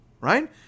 right